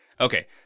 Okay